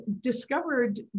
discovered